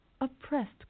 Oppressed